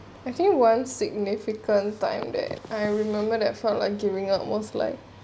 I think one significant time that I remember that I felt like giving up was like